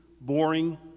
boring